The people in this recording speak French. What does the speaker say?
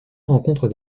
rencontre